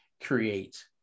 create